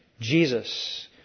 Jesus